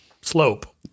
slope